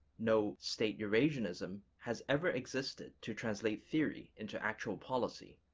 no state eurasianism has ever existed to translate theory into actual policy.